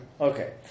Okay